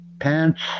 Pants